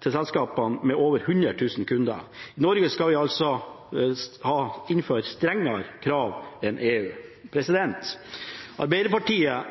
til selskap med over 100 000 kunder. I Norge skal vi altså innføre strengere krav enn i EU. Arbeiderpartiet